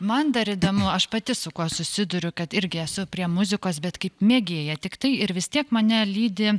man dar įdomu aš pati su kuo susiduriu kad irgi esu prie muzikos bet kaip mėgėja tiktai ir vis tiek mane lydi